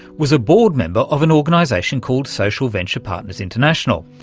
was a board member of an organisation called social venture partners international.